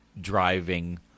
driving